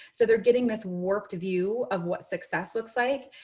so they're getting this warped view of what success looks like.